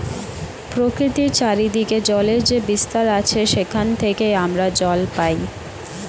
প্রকৃতির চারিদিকে জলের যে বিস্তার আছে সেখান থেকে আমরা জল পাই